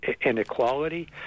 inequality